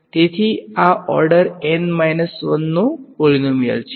તેથી આ order N 1 નો પોલીનોમીયલ છે